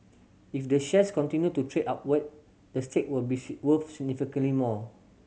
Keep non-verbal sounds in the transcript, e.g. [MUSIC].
if the shares continue to trade upward the stake will be [UNINTELLIGIBLE] worth significantly more